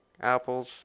apples